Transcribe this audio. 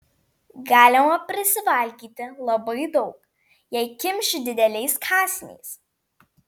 galima prisivalgyti labai daug jei kimši dideliais kąsniais